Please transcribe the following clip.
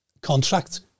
contract